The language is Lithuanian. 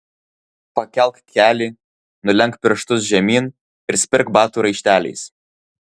pakelk kelį nulenk pirštus žemyn ir spirk batų raišteliais